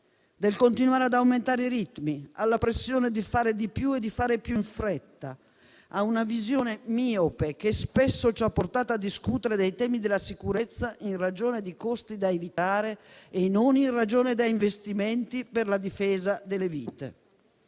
del continuare ad aumentare i ritmi, alla pressione di fare di più e di fare più in fretta, a una visione miope che spesso ci ha portato a discutere dei temi della sicurezza in ragione di costi da evitare e non in ragione di investimenti per la difesa delle vite.